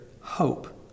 hope